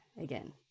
again